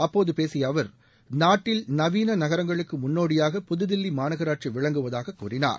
அப்போது பேசிய அவர் நாட்டில் நவீன நகரங்களுக்கு முன்னோடியாக புதுதில்லி மாநகராட்சி விளங்குவதாக கூறினார்